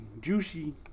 Juicy